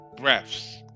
breaths